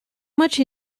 much